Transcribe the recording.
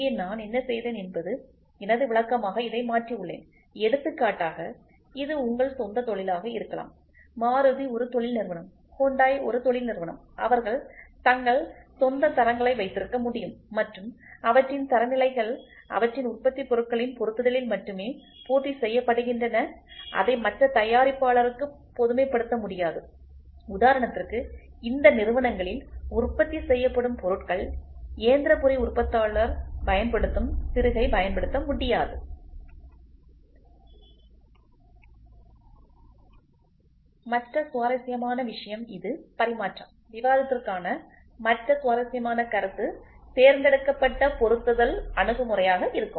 இங்கே நான் என்ன செய்தேன் என்பது எனது விளக்கமாக இதை மாற்றியுள்ளேன் எடுத்துக்காட்டாக இது உங்கள் சொந்த தொழிலாக இருக்கலாம் மாருதி ஒரு தொழில்நிறுவனம் ஹூண்டாய் ஒரு தொழில் நிறுவனம் அவர்கள் தங்கள் சொந்த தரங்களை வைத்திருக்க முடியும் மற்றும் அவற்றின் தரநிலைகள் அவற்றின் உற்பத்தி பொருட்களின் பொருத்துதலில் மட்டுமே பூர்த்தி செய்யப்படுகின்றன அதை மற்ற தயாரிப்பாளருக்கு பொதுமைப்படுத்த முடியாது உதாரணத்திற்கு இந்த நிறுவனங்களில் உற்பத்தி செய்யப்படும் பொருட்கள் இயந்திர பொறி உற்பத்தியாளர் பயன்படுத்தும் திருகை பயன்படுத்த முடியாது மற்ற சுவாரஸ்யமான விஷயம் இது பரிமாற்றம் விவாதத்திற்கான மற்ற சுவாரஸ்யமான கருத்து தேர்ந்தெடுக்கப்பட்ட பொருத்துதல் அணுகுமுறையாக இருக்கும்